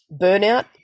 Burnout